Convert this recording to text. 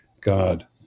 God